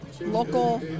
local